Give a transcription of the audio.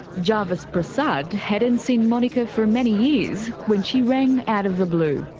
jarvis prasad hadn't seen monika for many years when she rang out of the blue.